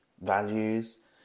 values